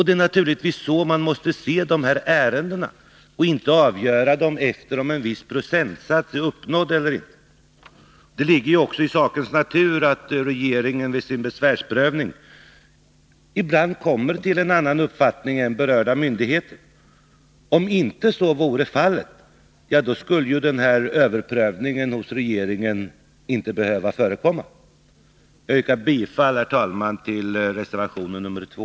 Det är naturligtvis så man måste se ärendena och inte avgöra dem efter förhållandet huruvida en viss procentsats är uppnådd eller inte. Det ligger också i sakens natur att regeringen vid sin besvärsprövning ibland kommer till en annan uppfattning än berörda myndigheter. Om inte så vore fallet, skulle överprövningen hos regeringen inte behöva förekomma. Herr talman! Jag yrkar bifall till reservation nr 2.